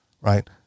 right